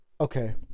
Okay